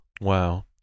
wow